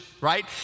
right